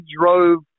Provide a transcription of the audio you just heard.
drove